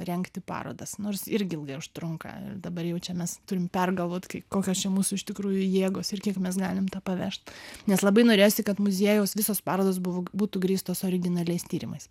rengti parodas nors irgi ilgai užtrunka ir dabar jau čia turim pergalvot kaip kokios čia mūsų iš tikrųjų jėgos ir kiek mes galim tą pavežt nes labai norėjosi kad muziejaus visos parodos buvo būtų grįstos originaliais tyrimais